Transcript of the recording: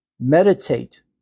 meditate